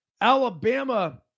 Alabama